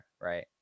right